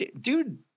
Dude